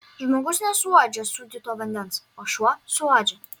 žmogus nesuuodžia sūdyto vandens o šuo suuodžia